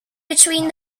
between